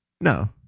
No